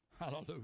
Hallelujah